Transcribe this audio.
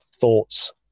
thoughts